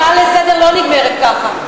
הצעה לסדר-היום לא נגמרת ככה.